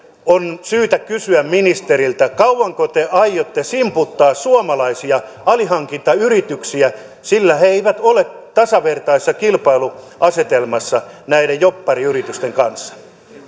on syytä kysyä ministeriltä kauanko te aiotte simputtaa suomalaisia alihankintayrityksiä sillä he eivät ole tasavertaisessa kilpailuasetelmassa näiden jobbariyritysten kanssa